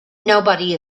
nobody